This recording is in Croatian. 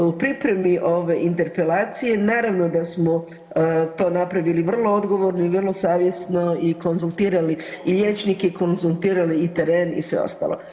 U pripremi ove interpelacije naravno da smo to napravili vrlo odgovorno i vrlo savjesno i konzultirali i liječnike i konzultirali i teren i sve ostalo.